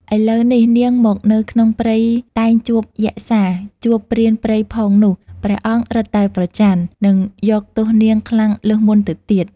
ឥឡូវនេះនាងមកនៅក្នុងព្រៃតែងជួបយក្សាជួបព្រានព្រៃផងនោះព្រះអង្គរឹតតែប្រច័ណ្ឌ និងយកទោសនាងខ្លាំងលើសមុនទៅទៀត។